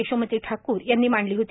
यशोमती ठाकूर यांनी मांडली होती